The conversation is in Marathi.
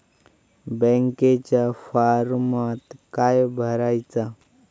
बँकेच्या फारमात काय भरायचा?